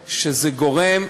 למה שזה גורם,